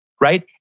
right